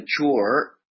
mature